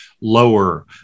lower